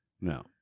no